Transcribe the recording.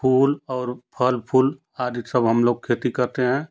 फूल और फल फूल आदि सब हम लोग खेती करते हैं